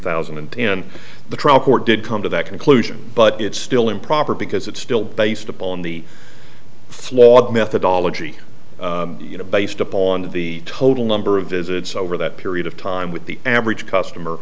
thousand and ten the trial court did come to that conclusion but it's still improper because it's still based upon the flawed methodology you know based upon the total number of visits over that period of time with the average customer